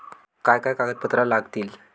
काय काय कागदपत्रा लागतील?